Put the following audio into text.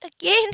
Again